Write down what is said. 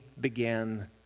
began